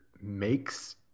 makes